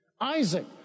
Isaac